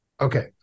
Okay